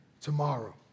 tomorrow